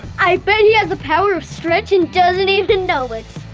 i bet he has the power of stretch and doesn't even know it.